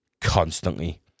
constantly